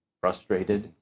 frustrated